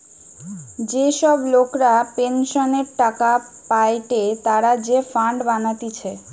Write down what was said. যে সব লোকরা পেনসনের টাকা পায়েটে তারা যে ফান্ড বানাতিছে